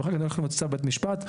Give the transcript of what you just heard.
נלך להוציא צו בית משפט,